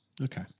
okay